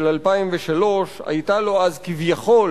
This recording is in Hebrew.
של 2003. היתה לו אז כביכול